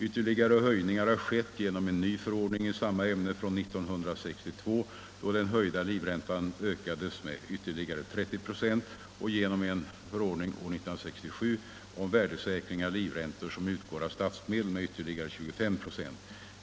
Ytterligare höjningar har skett genom en ny förordning i samma ämne från 1962, då den höjda livräntan ökades med ytterligare 30 926, och genom en förordning år 1967 om värdesäkring av livräntor som utgår av statsmedel med ytterligare 25 926.